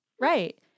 Right